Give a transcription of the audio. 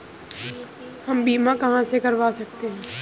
हम बीमा कहां से करवा सकते हैं?